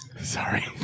Sorry